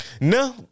no